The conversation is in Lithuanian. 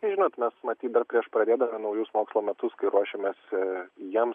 žinot mes matyt dar prieš pradėdami naujus mokslo metus kai ruošėmės jiems